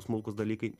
smulkūs dalykai